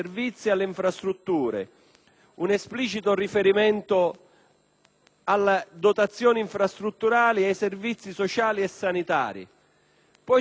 alle dotazioni infrastrutturali e ai servizi sociali e sanitari. Inoltre, signor Presidente, un aspetto particolare